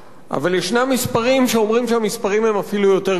אבל יש מספרים שאומרים שהמספרים הם אפילו יותר גדולים.